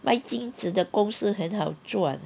买金子的公司很好赚